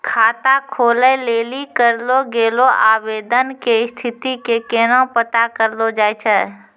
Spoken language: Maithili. खाता खोलै लेली करलो गेलो आवेदन के स्थिति के केना पता करलो जाय छै?